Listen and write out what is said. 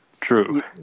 true